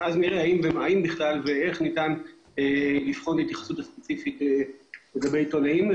אנחנו נראה האם ואיך ניתן לבחון התייחסות ספציפית לגבי עיתונאים.